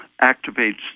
activates